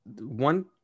One